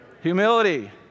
humility